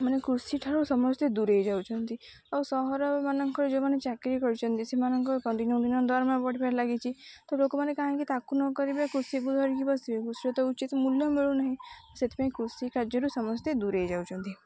ମାନେ କୃଷି ଠାରୁ ସମସ୍ତେ ଦୂରେଇ ଯାଉଛନ୍ତି ଆଉ ସହର ମାନଙ୍କର ଯେଉଁମାନେ ଚାକିରି କରିଛନ୍ତି ସେମାନଙ୍କର ଦିନକୁ ଦିନ ଦରମା ବଢ଼ିବାରେ ଲାଗି ତ ଲୋକମାନେ କାହିଁକି ତାକୁ ନ କରିବ କୃଷିକୁ ଧରିକି ବସିବେ କୃଷ ତ ଉଚିତ ମୂଲ୍ୟ ମିଳୁନାହିଁ ସେଥିପାଇଁ କୃଷି କାର୍ଯ୍ୟରୁ ସମସ୍ତେ ଦୂରେଇ ଯାଉଛନ୍ତି